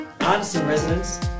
Artists-in-Residence